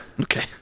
okay